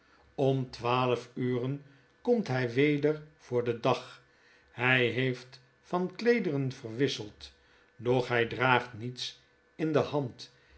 om twaalf uren komt hy weder voor den dag hij heeft van kleederen verwisseld doch hy draagt niets in de hand